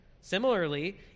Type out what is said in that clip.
Similarly